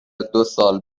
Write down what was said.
دوسال